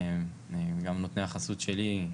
וגם נותני החסות שלי.